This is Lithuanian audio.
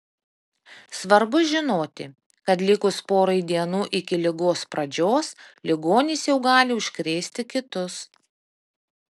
svarbu žinoti kad likus porai dienų iki ligos pradžios ligonis jau gali užkrėsti kitus